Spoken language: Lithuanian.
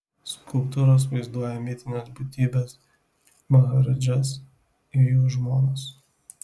skulptūros vaizduoja mitines būtybes maharadžas ir jų žmonas